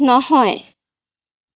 নহয়